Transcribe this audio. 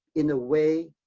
in a way,